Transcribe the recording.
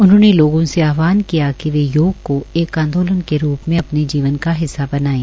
उन्होंने लोगों से आहवान किया कि वे योग को एक आंदोलन के रूप में अपने जीवन मका हिस्सा बनाएं